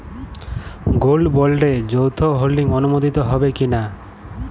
Gold বন্ডে যৌথ holding অনুমোদিত হবে কিনা?